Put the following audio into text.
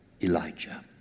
Elijah